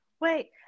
Wait